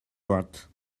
rot